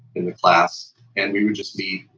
in the class and we would just be,